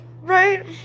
Right